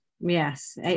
Yes